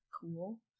Cool